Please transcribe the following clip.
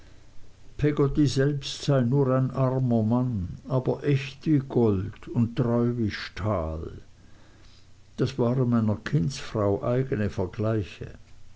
selbst sei nur ein armer mann aber echt wie gold und treu wie stahl das waren meiner kindsfrau eigene vergleiche